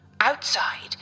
Outside